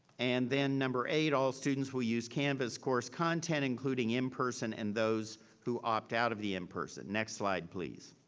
and then number eight, all students will use canvas course content, including in-person and those who opt out of the in-person. next slide please.